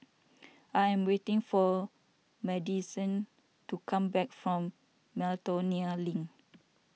I am waiting for Madisyn to come back from Miltonia Link